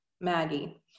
Maggie